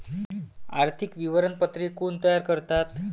आर्थिक विवरणपत्रे कोण तयार करतात?